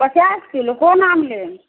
पचास किलो कोन आम लेब